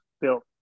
built